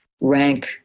rank